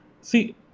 see